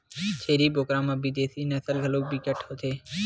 छेरी बोकरा म बिदेसी नसल घलो बिकट के होथे